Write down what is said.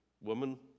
Woman